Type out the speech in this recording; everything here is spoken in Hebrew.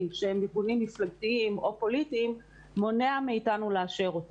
שהם ארגונים מפלגתיים או פוליטיים מונע מאיתנו לאשר אותה.